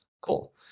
Cool